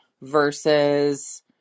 versus